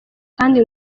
kandi